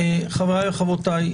חבריי וחברותיי,